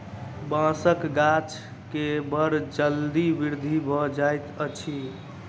बांसक गाछ के बड़ जल्दी वृद्धि भ जाइत अछि